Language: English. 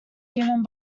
given